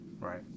Right